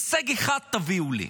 הישג אחד תביאו לי.